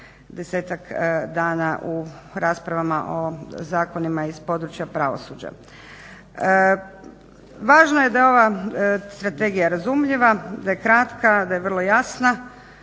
10-dana u raspravama o zakonima iz područja pravosuđa. Važno je da je ova strategija razumljiva, da je kratka, da je vrlo jasna,